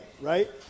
right